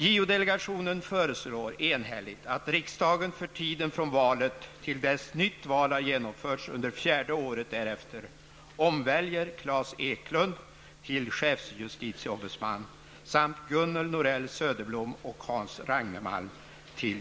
JO-delegationen föreslår enhälligt att riksdagen för tiden från valet till dess nytt val har genomförts under fjärde året därefter omväljer Claes Eklundh till chefsjustitieombudsman samt Gunnel Norell